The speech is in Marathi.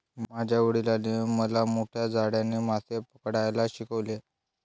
माझ्या वडिलांनी मला मोठ्या जाळ्याने मासे पकडायला शिकवले